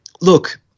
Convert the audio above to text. look